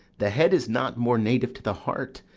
the head is not more native to the heart,